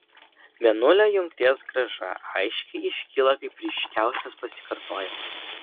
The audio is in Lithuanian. mėnulio jungties grąža aiškiai iškyla kaip ryškiausias pasikartojimas